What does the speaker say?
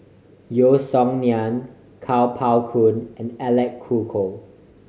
Yeo Song Nian Kuo Pao Kun and Alec Kuok